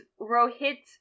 Rohit